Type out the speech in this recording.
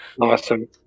Awesome